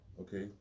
Okay